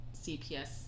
CPS